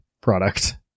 product